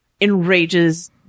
enrages